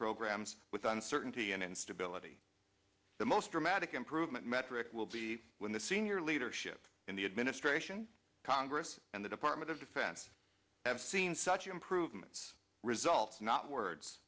programs with uncertainty and instability the most dramatic improvement metric will be when the senior leadership in the administration congress and the department of defense have seen such improvements results not words